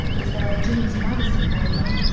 is there a james madison problem?